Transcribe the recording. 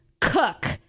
cook